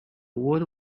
world